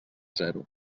zero